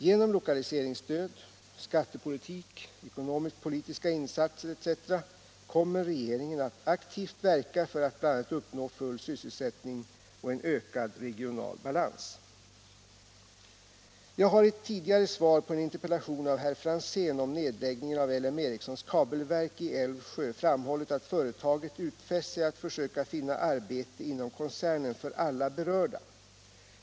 Genom lokaliseringsstöd, skattepolitik, ekonomisk-politiska insatser etc. kommer regeringen att aktivt verka för att bl.a. uppnå full sysselsättning och en ökad regional balans. Jag har i ett tidigare svar på en interpellation av herr Franzén om nedläggningen av LM Ericssons kabelverk i Älvsjö framhållit att företaget utfäst sig att försöka finna arbete inom koncernen för alla berörda.